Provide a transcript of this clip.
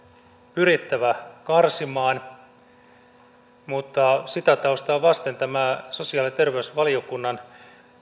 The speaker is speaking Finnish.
pyrittävä karsimaan sitä taustaa vasten tämä sosiaali ja terveysvaliokunnan